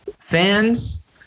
fans